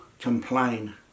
complain